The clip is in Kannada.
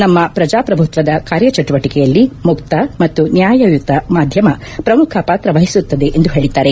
ನಮ್ನ ಪ್ರಜಾಪ್ರಭುತ್ವದ ಕಾರ್ಯಚಿಟುವಟಿಕೆಯಲ್ಲಿ ಮುಕ್ತ ಮತ್ತು ನ್ಯಾಯಯುತ ಮಾಧ್ಯಮ ಪ್ರಮುಖ ಪಾತ್ರ ವಹಿಸುತ್ತದೆ ಎಂದು ಹೇಳಿದ್ದಾರೆ